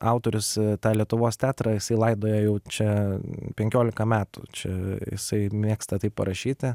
autorius tą lietuvos teatrą jisai laidoja jau čia penkiolika metų čia jisai mėgsta taip parašyti